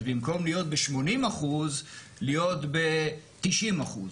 אז במקום להיות ב-80% להיות ב-90%.